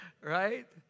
Right